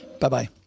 Bye-bye